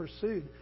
pursued